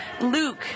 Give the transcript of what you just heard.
Luke